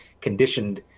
conditioned